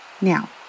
Now